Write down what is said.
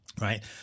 right